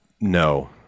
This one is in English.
No